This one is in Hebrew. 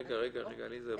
רגע, עליזה.